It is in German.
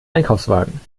einkaufswagen